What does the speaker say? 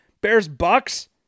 Bears-Bucks